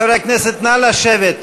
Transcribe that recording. חברי הכנסת, נא לשבת.